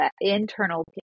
internal